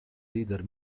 leader